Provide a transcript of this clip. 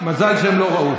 מזל שהם לא ראו.